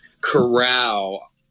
corral